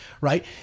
right